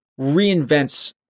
reinvents